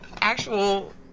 actual